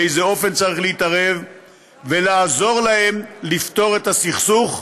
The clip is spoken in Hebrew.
ובאיזה אופן צריך להתערב ולעזור להם לפתור את הסכסוך.